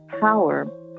power